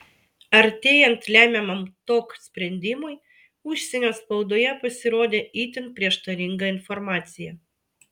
artėjant lemiamam tok sprendimui užsienio spaudoje pasirodė itin prieštaringa informacija